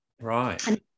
right